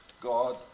God